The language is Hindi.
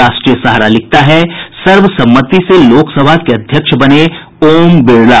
राष्ट्रीय सहारा ने लिखा है सर्वसम्मति से लोकसभा के अध्यक्ष बने ओम बिड़ला